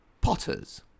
potters